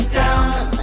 down